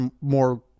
more